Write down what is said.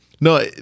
No